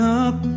up